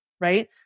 right